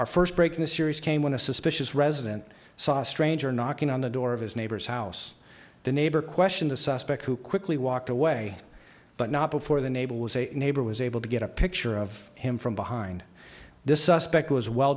our first break in a series came when a suspicious resident saw a stranger knocking on the door of his neighbor's house the neighbor question the suspect who quickly walked away but not before the neighbor was a neighbor was able to get a picture of him from behind this suspect was well